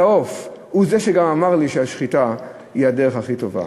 מי שברא את העוף הוא זה שגם אמר לי שהשחיטה היא הדרך הכי טובה.